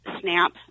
SNAP